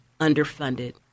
underfunded